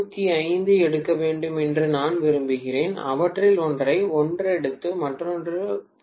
75 எடுக்க வேண்டும் என்று நான் விரும்புகிறேன் அவற்றில் ஒன்றை 1 எடுத்து மற்றொன்று 0